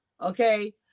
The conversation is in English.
okay